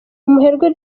umuherwe